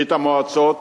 ברית-המועצות